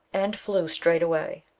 and flew straight away.